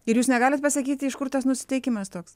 ir jūs negalit pasakyti iš kur tas nusiteikimas toks